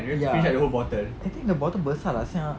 ya I think the bottle besar lah sia